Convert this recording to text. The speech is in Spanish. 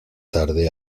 tarde